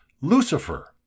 Lucifer